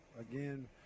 Again